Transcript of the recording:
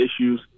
issues